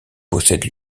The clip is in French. possède